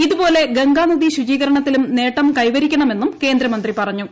ഇതുപോലെ ഗംഗ്ഗാന്ദി ശുചീകരണത്തിലും നേട്ടം കൈവരിക്കണമെന്നും ക്കേന്ദ്രമന്ത്രി പറഞ്ഞു